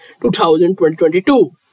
2022